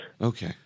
Okay